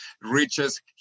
reaches